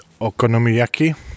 okonomiyaki